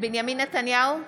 בנימין נתניהו,